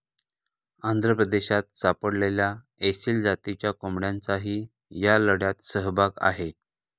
आंध्र प्रदेशात सापडलेल्या एसील जातीच्या कोंबड्यांचाही या लढ्यात सहभाग आहे